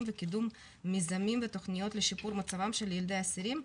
וקידום מיזמים ותכניות לשיפור מצבם של ילדי האסירים.